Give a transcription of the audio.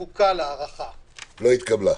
ההסתייגות לא התקבלה.